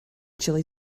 chilli